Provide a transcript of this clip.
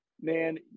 man